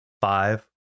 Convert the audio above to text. Five